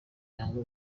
yanga